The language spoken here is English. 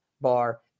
bar